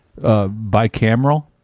bicameral